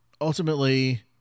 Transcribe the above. ultimately